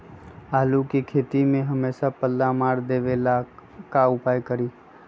आलू के खेती में हमेसा पल्ला मार देवे ला का उपाय करी?